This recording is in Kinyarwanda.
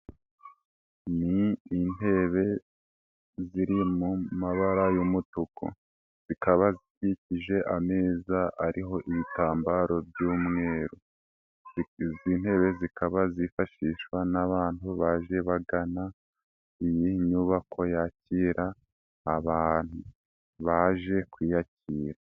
Ni intebe ziri mu mabara y'umutuku, zikaba zikikije ameza ariho ibitambaro by'umwe, izi ntebe zikaba zifashishwa n'abantu baje bagana iyi nyubako yakira abantu baje kuyakira.